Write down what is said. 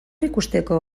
ikusteko